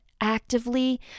actively